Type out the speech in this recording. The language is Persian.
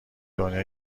دنیا